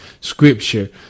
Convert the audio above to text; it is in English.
scripture